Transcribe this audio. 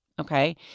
okay